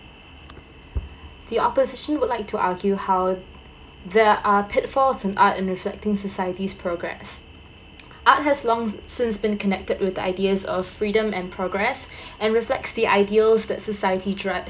the opposition would like to argue how there are pitfalls in art in reflecting society's progress art has long since been connected with the ideas of freedom and progress and reflects the ideals that society dri~